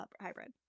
hybrid